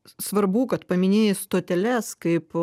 svarbu kad paminėjai stoteles kaip